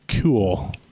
Cool